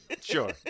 sure